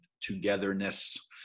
togetherness